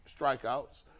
strikeouts